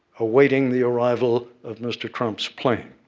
awaiting the arrival of mr. trump's plane.